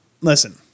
Listen